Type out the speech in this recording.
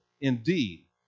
indeed